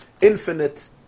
infinite